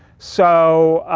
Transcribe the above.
so